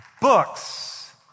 books